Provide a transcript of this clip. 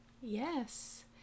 Yes